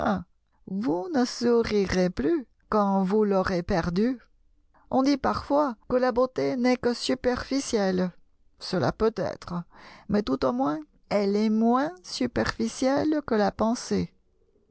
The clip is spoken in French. vous ne sourirez plus quand vous l'aurez perdue on dit parfois que la beauté n'est que superficielle cela peut être mais tout au moins elle est moins superficielle que la pensée